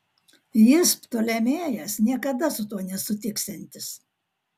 jis ptolemėjas niekada su tuo nesutiksiantis